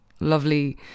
lovely